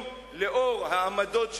שהיום לאור העמדות שלה,